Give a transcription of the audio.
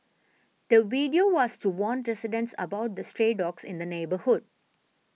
the video was to warn residents about the stray dogs in the neighbourhood